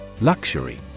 Luxury